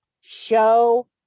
show